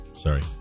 sorry